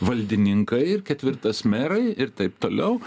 valdininkai ir ketvirtas merai ir taip toliau